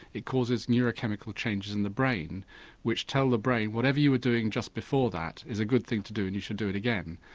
it causes neurochemical changes in the brain which tell the brain whatever you were doing just before that is a good thing to do and you should do it again.